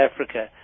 Africa